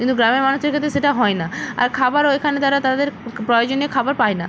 কিন্তু গ্রামের মানুষের ক্ষেত্রে সেটা হয় না আর খাবারও এখানে তারা তাদের প্রয়োজনীয় খাবার পায় না